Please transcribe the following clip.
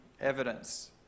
evidence